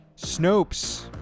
snopes